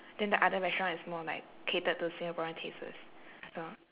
then the other restaurant is more like catered to singaporean tastes so